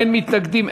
אין מתנגדים,